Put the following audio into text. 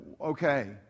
okay